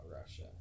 Russia